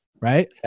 right